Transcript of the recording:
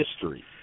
history